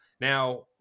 now